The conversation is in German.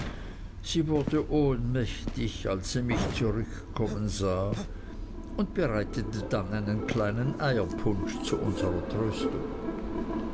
sie wurde ohnmächtig als sie mich zurückkommen sah und bereitete dann einen kleinen eierpunsch zu unserer